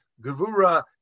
Gevura